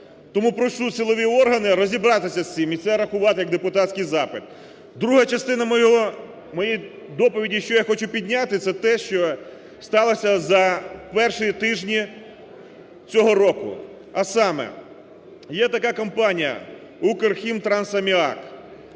Тому прошу силові органи розібратися з цим і це рахувати як депутатський запит. Друга частина мого… моєї доповіді, що я хочу підняти, це те, що сталося за перші тижні цього року, а саме є така компанія "Укрхімтрансаміак".Тільки